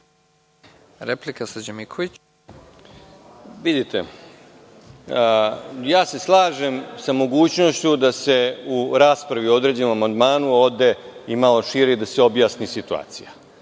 **Srđan Miković** Vidite, ja se slažem sa mogućnošću da se u raspravi o određenom amandmanu ode i malo šire i da se objasni situacija.